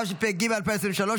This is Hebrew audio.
התשפ"ג 2023,